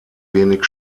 wenig